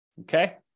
Okay